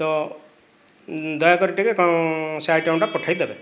ତ ଦୟାକରି ଟିକେ କଁ ସେ ଆଇଟମ୍ଟା ପଠାଇ ଦେବେ